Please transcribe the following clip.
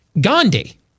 Gandhi